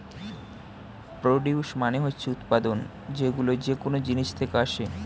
produce মানে হচ্ছে উৎপাদন, যেইগুলো যেকোন জিনিস থেকে আসে